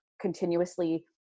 continuously